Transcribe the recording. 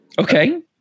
Okay